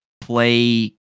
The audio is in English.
play